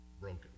broken